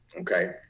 okay